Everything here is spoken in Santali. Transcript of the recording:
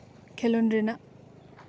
ᱠᱷᱮᱞᱳᱱᱰ ᱨᱮᱱᱟᱜ